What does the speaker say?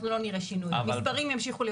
אנחנו לא נראה שינוי והמספרים ימשיכו להיות כאלה.